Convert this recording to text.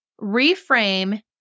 Reframe